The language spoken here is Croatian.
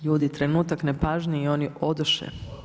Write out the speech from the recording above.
Ludi trenutak nepažnje i oni odoše.